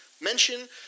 mention